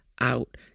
out